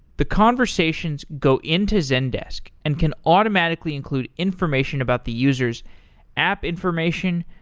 the conversations go into zendesk and can automatically include information about the user s app information,